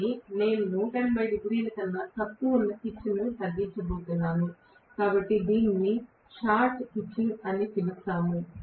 కానీ నేను 180 డిగ్రీల కన్నా తక్కువ ఉన్న పిచ్ను తగ్గించబోతున్నాను కాబట్టి దీనిని షార్ట్ పిచింగ్ అని పిలుస్తాము